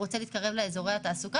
אם הוא רוצה להתקרב לאזורי התעסוקה